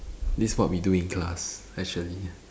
this what we do in class actually